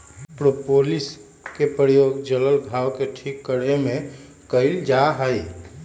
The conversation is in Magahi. प्रोपोलिस के प्रयोग जल्ल घाव के ठीक करे में कइल जाहई